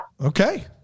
Okay